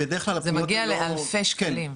זה מגיע לאלפי שקלים.